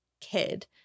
kid